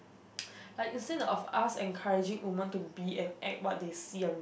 like instead of us encouraging women to be and act what they see on